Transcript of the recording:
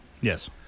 Yes